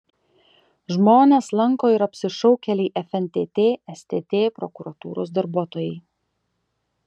žmones lanko ir apsišaukėliai fntt stt prokuratūros darbuotojai